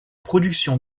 production